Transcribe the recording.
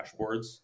dashboards